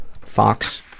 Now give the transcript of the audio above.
Fox